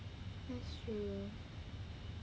that's true